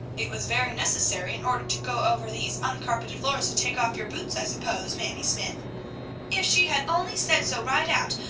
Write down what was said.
it was very necessary, in order to go over these uncarpeted floors, to take off your boots, i suppose, mamie smythe if she had only said so right out,